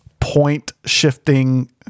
point-shifting